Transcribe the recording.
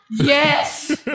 Yes